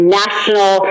national